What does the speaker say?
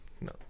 No